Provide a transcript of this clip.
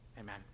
Amen